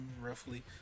roughly